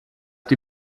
die